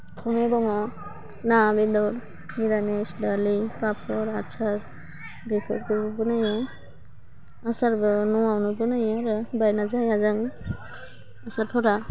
संनाय जानायाव बेदर मिरामिस दालि पापर आसार बेफोरखौ बनायो आसारबो न'आवनो बनायो आरो बायना जोंहाजों आसारफोरा